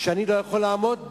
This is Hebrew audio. אם אני לא יכול לעמוד בה?